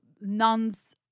nuns